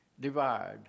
Divide